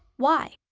why?